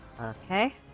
Okay